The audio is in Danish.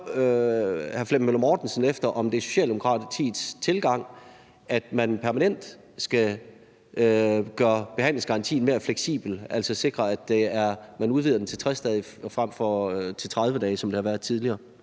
hr. Flemming Møller Mortensen, om det er Socialdemokratiets tilgang, at man permanent skal gøre behandlingsgarantien mere fleksibel, altså sikre, at man udvider den til 60 dage frem for 30 dage, som det har været tidligere.